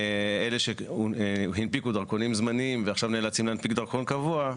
אלה שהנפיקו דרכונים זמניים ועכשיו נאלצים להנפיק דרכון קבוע,